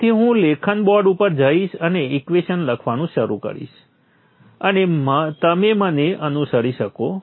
તેથી હું લેખન બોર્ડ ઉપર જઈશ અને ઇક્વેશન્સ લખવાનું શરૂ કરીશ અને તમે મને અનુસરી શકો છો